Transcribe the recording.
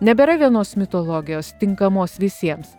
nebėra vienos mitologijos tinkamos visiems